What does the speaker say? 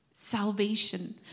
Salvation